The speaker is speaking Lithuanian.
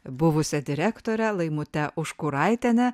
buvusia direktore laimute užkuraitiene